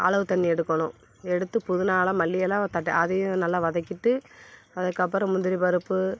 அளவு தண்ணி எடுக்கணும் எடுத்து புதினாலாம் மல்லியெலெலாம் தட்டு அதையும் நல்லா வதைக்கிட்டு அதுக்கு அப்புறம் முந்திரி பருப்பு